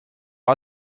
sur